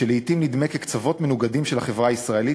שלעתים נדמות כקצוות מנוגדים של החברה הישראלית,